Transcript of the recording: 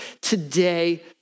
today